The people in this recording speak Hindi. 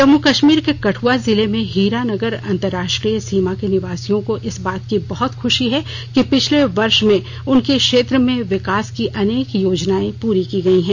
जम्मू कश्मीर के कठ्आ जिले में हीरा नगर अंतर्राष्ट्रीय सीमा के निवासियों को इस बात की बहत खुशी है कि पिछले एक वर्ष में उनके क्षेत्र में विकास की अनेक योजनाएं पूरी की गई हैं